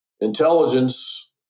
intelligence